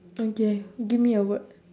okay give me a word